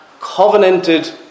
Covenanted